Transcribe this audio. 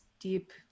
deep